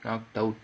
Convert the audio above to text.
cut out